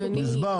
גזבר,